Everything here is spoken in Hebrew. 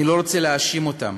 אני לא רוצה להאשים אותם,